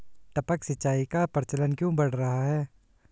टपक सिंचाई का प्रचलन क्यों बढ़ रहा है?